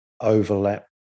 overlap